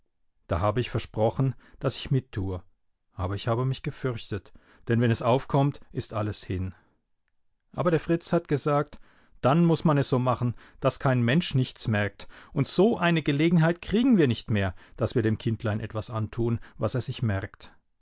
da habe ich versprochen daß ich mittue aber ich habe mich gefürchtet denn wenn es aufkommt ist alles hin aber der fritz hat gesagt dann muß man es so machen daß kein mensch nichts merkt und so eine gelegenheit kriegen wir nicht mehr daß wir dem kindlein etwas antun was er sich merkt